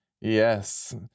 Yes